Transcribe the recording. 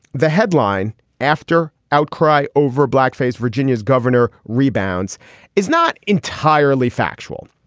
the headline after outcry over blackface virginia's governor rebounds is not entirely factual.